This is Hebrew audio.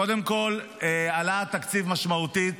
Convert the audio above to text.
קודם כול, עלה התקציב משמעותית